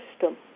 system